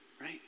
right